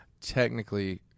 technically